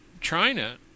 China